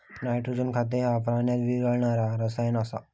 nitrogen खत ह्या पाण्यात विरघळणारा रसायन आसा